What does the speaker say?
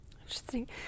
Interesting